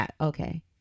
okay